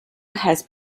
has